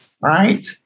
right